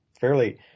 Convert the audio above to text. fairly